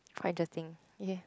quite interesting